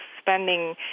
spending